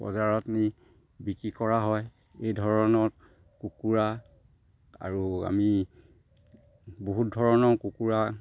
বজাৰত নি বিক্ৰী কৰা হয় এই ধৰণৰ কুকুৰা আৰু আমি বহুত ধৰণৰ কুকুৰা